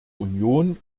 union